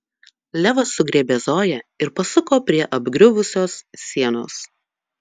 levas sugriebė zoją ir pasuko prie apgriuvusios sienos